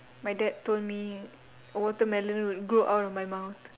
my dad told me a watermelon would grow out of my mouth